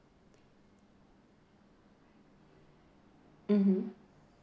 mmhmm